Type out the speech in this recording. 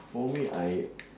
for me I